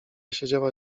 siedziała